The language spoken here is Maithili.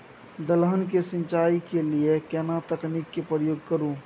दलहन के सिंचाई के लिए केना तकनीक के प्रयोग करू?